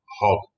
hog